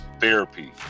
therapy